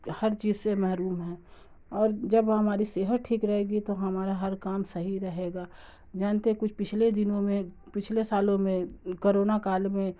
ہر چیز سے محروم ہیں اور جب ہماری صحت ٹھیک رہے گی تو ہمارا ہر کام صحیح رہے گا جانتے ہیں کچھ پچھلے دنوں میں پچھلے سالوں میں کرونا کال میں